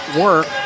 Work